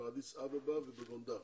באדיס אבבה ובגונדר.